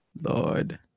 Lord